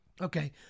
Okay